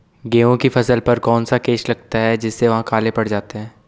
गेहूँ की फसल पर कौन सा केस लगता है जिससे वह काले पड़ जाते हैं?